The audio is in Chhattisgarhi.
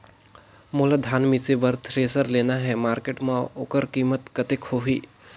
मोला धान मिसे बर थ्रेसर लेना हे मार्केट मां होकर कीमत कतेक होही?